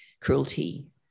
cruelty